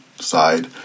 side